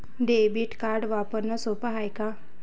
Debit card वापरणं सोप हाय का?